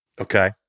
Okay